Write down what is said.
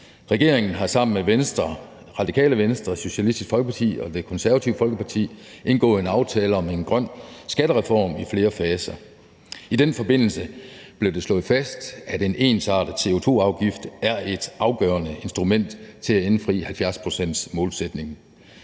Regeringen har sammen med Venstre, Radikale Venstre, Socialistisk Folkeparti og Det Konservative Folkeparti indgået en aftale om en grøn skattereform i flere faser. I den forbindelse blev det slået fast, at en ensartet CO2-afgift er et afgørende instrument til at indfri 70-procentsmålsætningen.